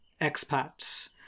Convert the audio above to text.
expats